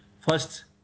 First